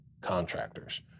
contractors